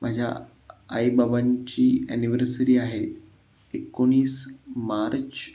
माझ्या आई बाबांची ॲनिव्हर्सरी आहे एकोणीस मार्च